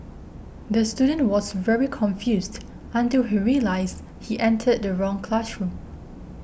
the student was very confused until he realised he entered the wrong classroom